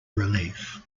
relief